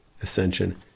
Ascension